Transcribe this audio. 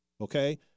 Okay